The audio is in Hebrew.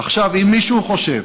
עכשיו, אם מישהו חושב